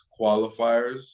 qualifiers